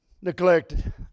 neglected